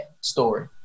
story